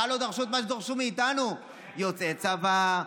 ממך לא דרשו את מה שדרשו מאיתנו: יוצאי צבא,